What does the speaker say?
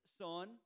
son